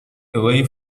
away